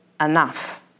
enough